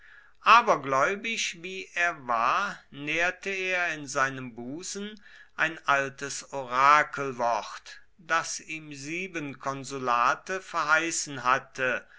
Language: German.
abergläubisch wie er war nährte er in seinem busen ein altes orakelwort das ihm sieben konsulate verheißen hatte